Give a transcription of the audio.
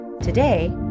Today